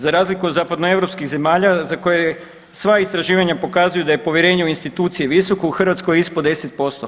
Za razliku od zapadnoeuropskih zemalja za koje sva istraživanja pokazuju da je povjerenje u institucije visoko, u Hrvatskoj je ispod 10%